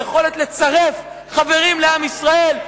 ביכולת לצרף חברים לעם ישראל,